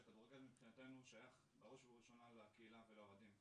שכדורגל מבחינתנו שייך לקהילה ולאוהדים.